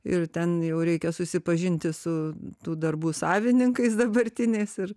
ir ten jau reikia susipažinti su tų darbų savininkais dabartiniais ir